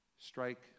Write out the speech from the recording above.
strike